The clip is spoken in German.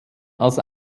als